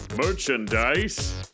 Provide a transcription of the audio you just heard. Merchandise